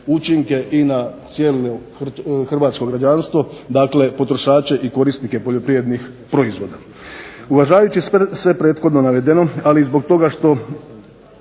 učinke i na cijelo hrvatsko građanstvo, dakle potrošače i korisnike poljoprivrednih proizvoda. Uvažavajući sve prethodno navedeno, ali i zbog toga što